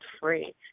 free